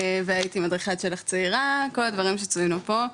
והייתי מדריכת של"ח צעירה, כל הדברים שציינו פה.